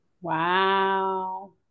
Wow